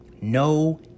No